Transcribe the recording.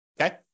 Okay